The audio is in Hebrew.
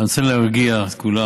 אני רוצה להרגיע את כולם